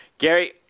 Gary